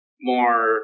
more